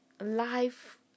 life